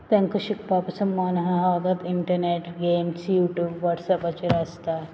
तेंक शिकपा पासून मोन ना फोकोत इंटरनॅट गॅम्स युट्यूब हाचेर आसता